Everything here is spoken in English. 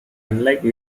unlike